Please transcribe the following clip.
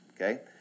Okay